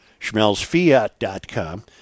SchmelzFiat.com